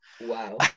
Wow